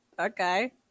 okay